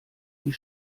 die